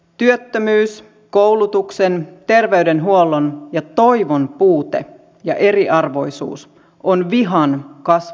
työttömyys koulutuksen terveydenhuollon ja toivon puute ja eriarvoisuus ovat vihan kasvualusta